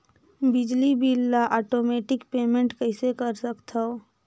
बिजली बिल ल automatic payment कइसे कर सकथव?